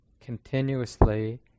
continuously